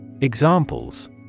Examples